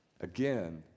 Again